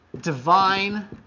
divine